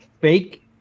fake